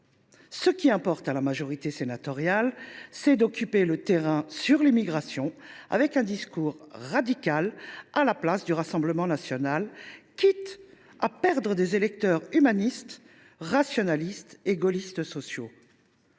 Ce qui importe à la majorité sénatoriale, c’est d’occuper le terrain de l’immigration en tenant un discours radical à la place du Rassemblement national, quitte à perdre des électeurs humanistes, rationalistes et gaullistes sociaux.